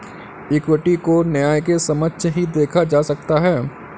equity को न्याय के समक्ष ही देखा जा सकता है